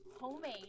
Homemade